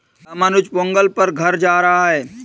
रामानुज पोंगल पर घर जा रहा है